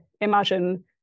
Imagine